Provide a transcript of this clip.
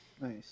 nice